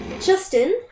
Justin